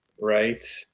Right